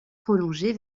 prolongé